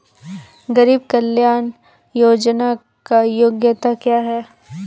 गरीब कल्याण योजना की योग्यता क्या है?